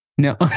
no